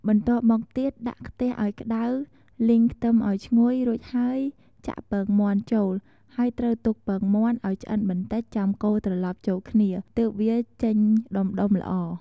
បន្ទាប់មកទៀតដាក់ខ្ទះឱ្យក្តៅ លីងខ្ទឹមឱ្យឈ្ងុយរួចហើយចាក់ពងមាន់ចូល ហើយ ត្រូវទុកពងមាន់ឱ្យឆ្អិនបន្តិចចាំកូរច្របល់ចូលគ្នា ទើបវាចេញដុំៗល្អ។